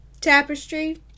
tapestry